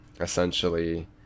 essentially